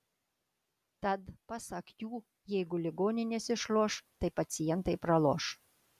tad pasak jų jeigu ligoninės išloš tai pacientai praloš